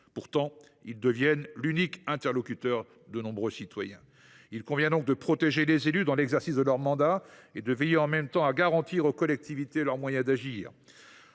alors qu’ils deviennent l’unique interlocuteur de nombreux citoyens. Il convient donc de protéger les élus dans l’exercice de leur mandat et de veiller en même temps à garantir aux collectivités des moyens d’agir.